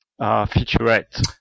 featurette